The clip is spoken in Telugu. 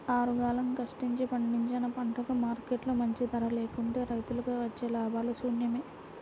ఆరుగాలం కష్టించి పండించిన పంటకు మార్కెట్లో మంచి ధర లేకుంటే రైతులకు వచ్చే లాభాలు శూన్యమే